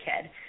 kid